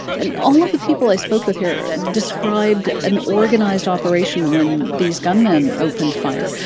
and all of the people i spoke with here described an organized operation when these gunmen opened fire.